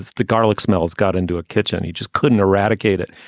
the garlic smells, got into a kitchen. he just couldn't eradicate it.